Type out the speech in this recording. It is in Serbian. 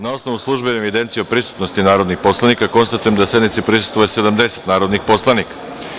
Na osnovu službene evidencije o prisutnosti narodnih poslanika, konstatujem da sednici prisustvuje 70 narodnih poslanika.